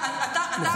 אתה אמרת, אני עניתי.